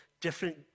different